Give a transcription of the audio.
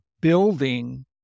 building